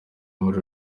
muri